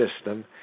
system